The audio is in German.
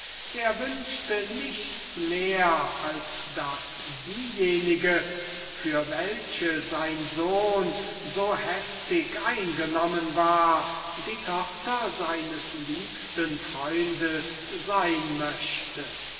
er wünschte nichts mehr als daß diejenige für welche sein sohn so heftig eingenommen war die tochter seines liebsten freundes sein möchte